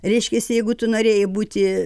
reiškiasi jeigu tu norėjai būti